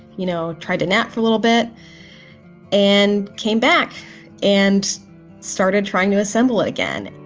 you know, tried to nap for a little bit and came back and started trying to assemble it again.